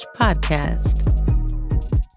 podcast